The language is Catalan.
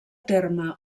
terme